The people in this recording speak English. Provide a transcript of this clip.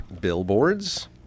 billboards